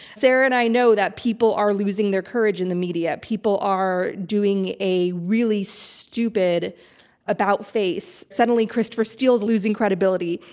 sarah and i know that people are losing their courage in the media. people are doing a really stupid about face. suddenly, christopher steele's losing credibility,